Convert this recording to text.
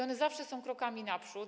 One zawsze są krokami naprzód.